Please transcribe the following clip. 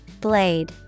Blade